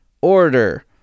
order